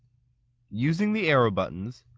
using the arrow buttons,